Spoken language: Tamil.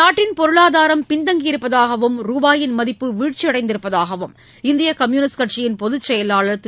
நாட்டின் பொருளாதாரம் பின்தங்கியிருப்பதாகவும் ரூபாயின் மதிப்பு வீழ்ச்சியடைந்திருப்பதாகவும் இந்திய கம்யூனிஸ்ட் கட்சியின் பொதுச் செயலாளர் திரு